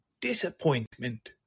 disappointment